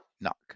Knock